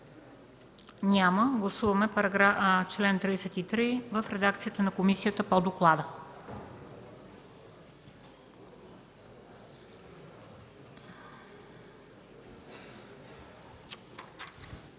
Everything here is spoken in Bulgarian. на гласуване чл. 94 в редакцията на комисията по доклада.